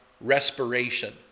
respiration